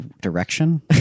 direction